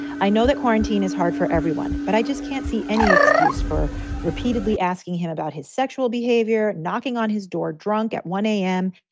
i know the quarantine is hard for everyone, but i just can't see any excuse for repeatedly asking him about his sexual behavior, knocking on his door drunk at one a m.